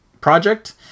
project